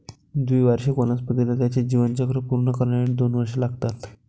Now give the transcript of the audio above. द्विवार्षिक वनस्पतीला त्याचे जीवनचक्र पूर्ण करण्यासाठी दोन वर्षे लागतात